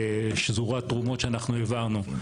שזורה תרומות שאנחנו העברנו.